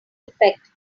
effect